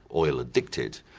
oil addicted,